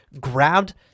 grabbed